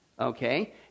Okay